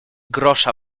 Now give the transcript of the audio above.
grosza